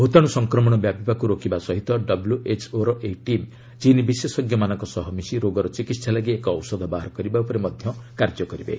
ଭୂତାଣୁ ସଂକ୍ରମଣ ବ୍ୟାପିବାକୁ ରୋକିବା ସହିତ ଡବ୍ଲ୍ୟଏଚ୍ଓର ଏହି ଟିମ୍ ଚୀନ୍ ବିଶେଷଜ୍ଞମାନଙ୍କ ସହ ମିଶି ରୋଗର ଚିକିତ୍ସା ଲାଗି ଏକ ଔଷଧ ବାହାର କରିବା ଉପରେ କାର୍ଯ୍ୟ କରିବେ